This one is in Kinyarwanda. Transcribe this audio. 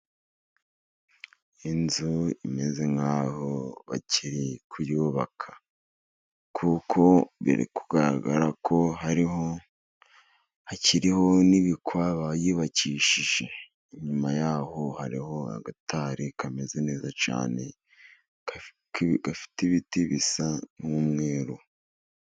Inzu imeze nkaho bakiri kuyubaka ,kuko biri kugaragara ko hariho ,hakiriho n'ibikwa bayubakishije ,inyuma yaho hariho agatari kameze neza cyane, gafite ibiti bisa n'umweru.